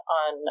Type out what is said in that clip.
on